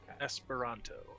Esperanto